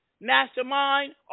mastermind